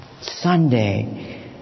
Sunday